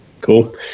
Cool